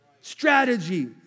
strategy